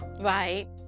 Right